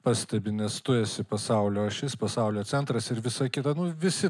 pastebi nes tu esi pasaulio ašis pasaulio centras ir visa kita nu visi